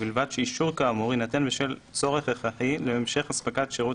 ובלבד שאישור כאמור יינתן בשל צורך הכרחי להמשך אספקת שירות